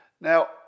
Now